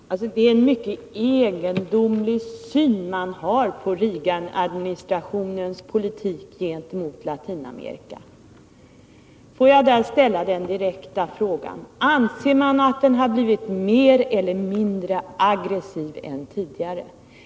Fru talman! Det är en mycket egendomlig syn man har på Reaganadministrationens politik gentemot Latinamerika. Får jag ställa den direkta frågan: Anser man att den har blivit mer eller mindre aggressiv än tidigare?